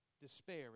Despair